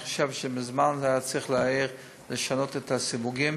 אני חושב שמזמן היה צריך לשנות את הסיווגים.